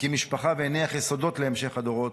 הקים משפחה והניח יסודות להמשך הדורות,